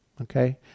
okay